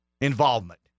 involvement